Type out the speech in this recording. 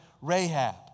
Rahab